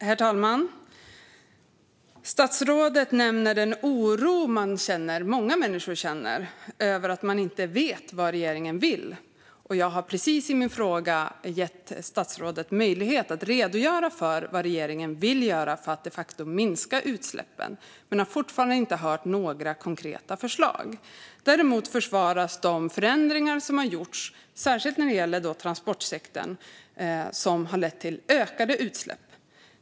Herr talman! Statsrådet nämner den oro många människor känner över att de inte vet vad regeringen vill. Jag har precis i min fråga gett statsrådet möjlighet att redogöra för vad regeringen vill göra för att de facto minska utsläppen, men jag har fortfarande inte hört några konkreta förslag. Däremot försvaras de förändringar som har gjorts, särskilt när det gäller transportsektorn, som har lett till ökade utsläpp.